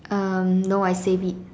um no I save it